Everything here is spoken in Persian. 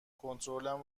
کنترلم